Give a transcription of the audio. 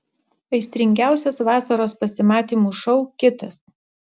aistringiausias vasaros pasimatymų šou kitas